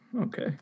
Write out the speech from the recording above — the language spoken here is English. Okay